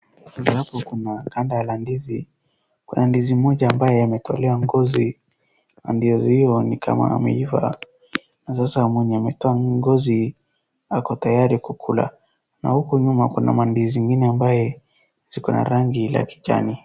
Sasa hapo kuna ganda la ndizi, kuna ndizi moja ambaye ametolewa ngozi na ndizi hiyo ni kama ameiva na sasa mwenye ametoa ngozi ako tayari kukula, na huko na kuna mandizi ingine ambaye ziko na rangi la kijani.